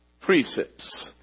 Precepts